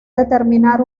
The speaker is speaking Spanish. determinar